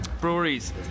breweries